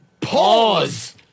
Pause